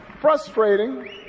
frustrating